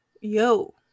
yo